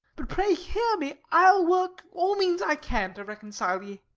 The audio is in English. but pray hear me, i'll work all means i can to reconcile ye